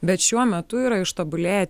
bet šiuo metu yra ištobulėję